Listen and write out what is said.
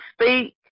speak